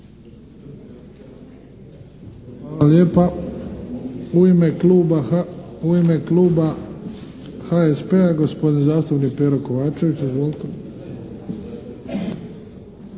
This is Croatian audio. Hvala lijepa. U ime kluba HSP-a, gospodin zastupnik Pero Kovačević. Izvolite!